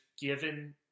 given